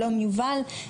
שלום יובל,